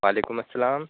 وعلیکم السلام